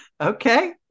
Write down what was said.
okay